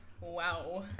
Wow